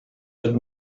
bit